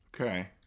Okay